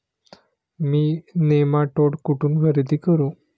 मी nematode कुठून खरेदी करू?